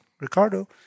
Ricardo